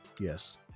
Yes